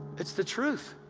it's the truth,